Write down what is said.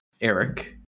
Eric